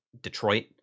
Detroit